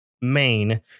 main